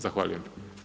Zahvaljujem.